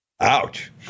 Ouch